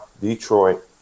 Detroit